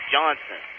Johnson